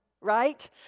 right